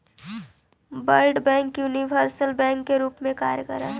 world bank universal bank के रूप में कार्य करऽ हइ